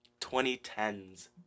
2010s